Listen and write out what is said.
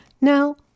Now